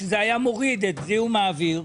שזה היה מוריד את זיהום האוויר,